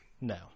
No